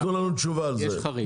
אז תנו לנו תשובה על זה.